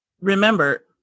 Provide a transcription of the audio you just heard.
Remember